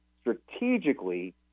strategically